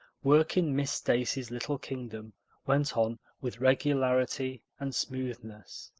work in miss stacy's little kingdom went on with regularity and smoothness.